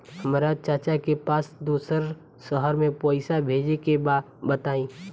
हमरा चाचा के पास दोसरा शहर में पईसा भेजे के बा बताई?